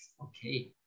Okay